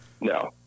No